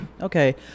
Okay